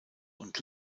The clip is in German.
und